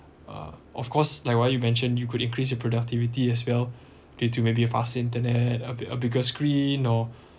uh of course like what you mentioned you could increase productivity as well due to maybe faster internet a bigger screen or